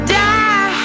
die